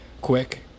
Quick